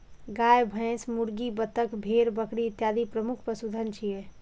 गाय, भैंस, मुर्गी, बत्तख, भेड़, बकरी इत्यादि प्रमुख पशुधन छियै